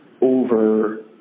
over